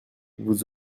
vous